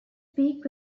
peak